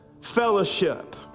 Fellowship